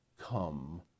come